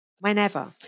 Whenever